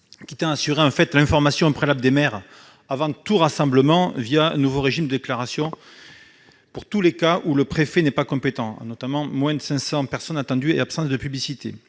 L'article 1 prévoit l'information préalable des maires avant tout rassemblement, via un nouveau régime de déclaration, pour tous les cas où le préfet n'est pas compétent, notamment lorsque moins de 500 personnes sont attendues et en l'absence de publicité.